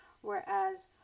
Whereas